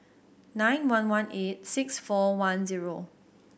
nine one one eight six four one zero